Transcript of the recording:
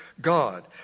God